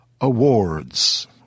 Awards